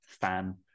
fan